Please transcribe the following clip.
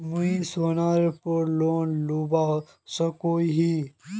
मुई सोनार पोर लोन लुबा सकोहो ही?